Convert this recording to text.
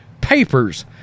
papers